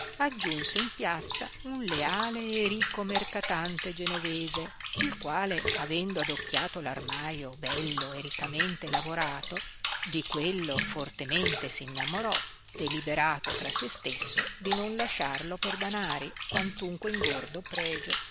aggiunse in piazza un leale e ricco mercatante genovese il quale avendo adocchiato l'armaio bello e riccamente lavorato di quello fortemente s'innamorò deliberato tra se stesso di non lasciarlo per danari quantunque ingordo pregio